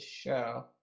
show